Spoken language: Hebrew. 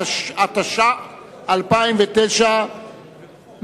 התש"ע 2009,